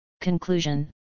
Conclusion